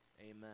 Amen